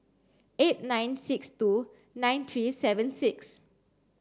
eight nine six two nine three seven six